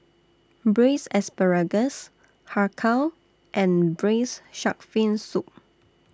Braised Asparagus Har Kow and Braised Shark Fin Soup